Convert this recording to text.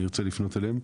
אני רוצה לפנות אליהם.